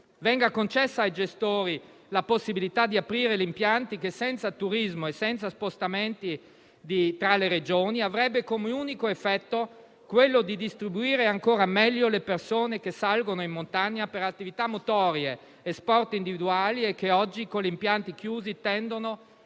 Venga concessa ai gestori la possibilità di aprire gli impianti, che senza turismo e senza spostamenti tra le Regioni avrebbe come unico effetto quello di distribuire ancora meglio le persone che salgono in montagna per attività motorie e sport individuali e che oggi, con gli impianti chiusi, tendono